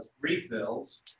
refills